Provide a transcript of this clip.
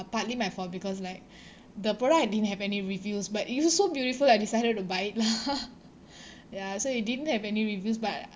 partly my fault because like the product didn't have any reviews but it was so beautiful I decided to buy it lah ya so it didn't have any reviews but